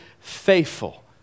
faithful